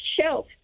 shelf